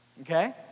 Okay